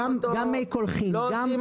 גם מי קולחים -- הבעיה שלא עושים